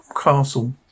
castle